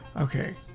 okay